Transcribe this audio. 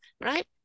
Right